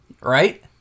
Right